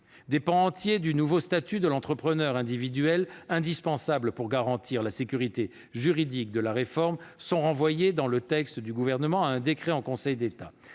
Des pans entiers du nouveau statut de l'entrepreneur individuel, indispensables pour garantir la sécurité juridique de la réforme, sont renvoyés, dans le texte du Gouvernement, à un décret en Conseil d'État.